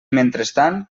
mentrestant